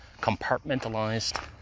compartmentalized